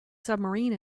submarine